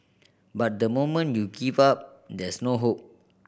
but the moment you give up there's no hope